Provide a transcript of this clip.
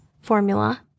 Formula